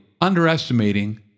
underestimating